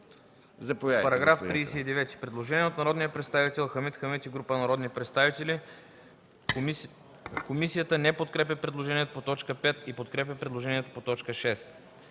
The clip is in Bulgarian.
По § 39 – предложение от народния представител Хамид Хамид и група народни представители. Комисията не подкрепя предложението по т. 5 и подкрепя предложението по т. 6.